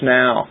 now